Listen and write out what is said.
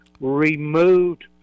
removed